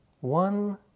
One